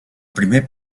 primer